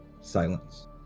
silence